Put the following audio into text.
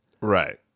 Right